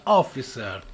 officer